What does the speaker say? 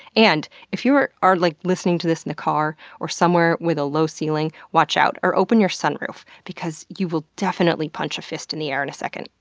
and if you're like listening to this in the car or somewhere with a low ceiling, watch out. or open your sunroof, because you will definitely punch a fist in the air in a second.